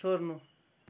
छोड्नु